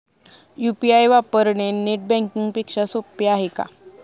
UPI वापरणे net banking पेक्षा सोपे आहे का?